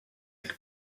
jak